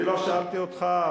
אני לא שאלתי אותך.